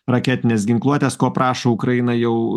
raketinės ginkluotės ko prašo ukraina jau